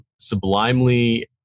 sublimely